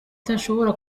idashobora